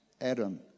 Adam